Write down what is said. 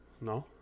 No